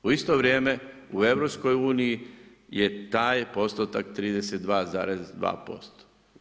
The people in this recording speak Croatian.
U isto vrijeme u EU je taj postotak 32,2%